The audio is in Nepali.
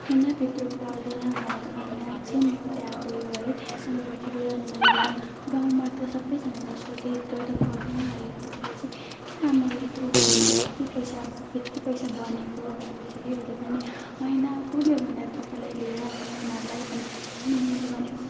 होइन त्यत्रो पर्दैन भनेर अनि अझै म त्यहाँ गयो है उनीहरूपट्टि गयो अनि मैले भनेँ गाउँमा त सबैजनालाई सोधेँ यत्रो त चाहिँ पर्दैन अरे तपाईँले चाहिँ किन मलाई यत्रो भने यत्ति पैसा यत्ति पैसा भनेको भन्दाखेरि उसले भने होइन कसले भन्यो तपाईँलाई लिएर आउनु उनीहरूलाई भन्यो अनि मैले भनेँ